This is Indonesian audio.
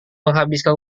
menghabiskan